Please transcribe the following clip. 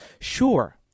Sure